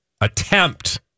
attempt